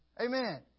Amen